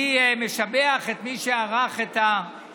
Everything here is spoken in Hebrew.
אני משבח את מי שערך את התוכנית.